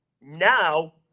Now